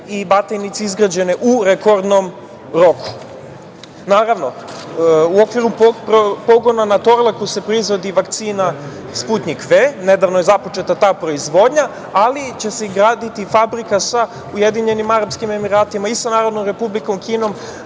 i Batajnici izgrađene u rekordnom roku. Naravno, u okviru pogona na "Torlaku" se proizvodi vakcina Sputnjik V. Nedavno je započeta ta proizvodnja, ali će se graditi i fabrika sa Ujedinjenim Arapskim Emiratima i sa Narodnom Republikom Kinom